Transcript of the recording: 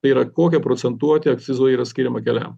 tai yra kokia procentuotė akcizo yra skiriama keliam